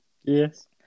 yes